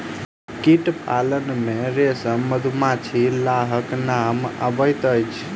कीट पालन मे रेशम, मधुमाछी, लाहक नाम अबैत अछि